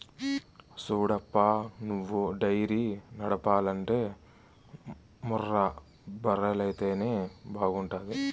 సూడప్పా నువ్వు డైరీ నడపాలంటే ముర్రా బర్రెలైతేనే బాగుంటాది